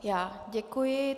Já děkuji.